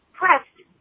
pressed